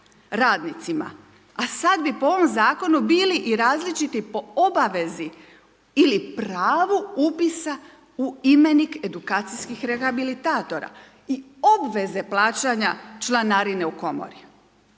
radnicima, a sada bi po ovom zakonu bili i različiti po obavezi ili pravu upisa u imenik edukacijskih rehabilitatora i obveze plaćanja članarine u komori.